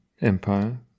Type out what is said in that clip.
Empire